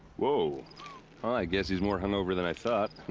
woah. well i guess he's more hungover than i thought.